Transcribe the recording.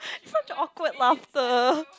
such awkward laughter